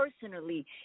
personally